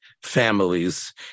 families